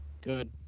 good